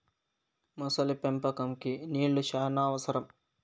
మొసలి పెంపకంకి నీళ్లు శ్యానా అవసరం